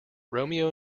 romeo